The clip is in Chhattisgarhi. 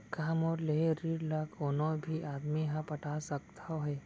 का मोर लेहे ऋण ला कोनो भी आदमी ह पटा सकथव हे?